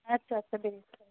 اَدٕ سا اَدٕ سا بِہِو خۄدایَس